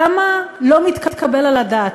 כמה לא מתקבל על הדעת,